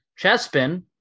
Chespin